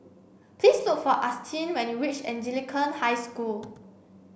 please look for Austyn when you reach Anglican High School